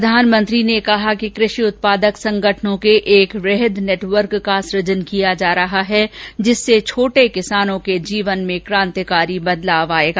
प्रधानमंत्री ने कहा कि कृषि उत्पादक संगठनों के एक वृहद नेटवर्क का सुजन किया जा रहा है जिससे छोटे किसानों के जीवन में क्रान्तिकारी बदलाव आयेगा